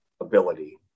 ability